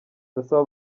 ndasaba